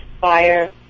fire